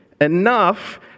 enough